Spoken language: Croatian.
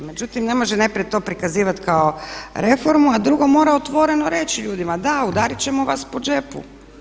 Međutim, ne može najprije to prikazivati kao reformu, a drugo mora otvoreno reći ljudima da, udarit ćemo vas po džepu.